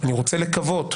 אני רוצה לקוות,